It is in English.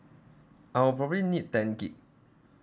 I will probably need ten gig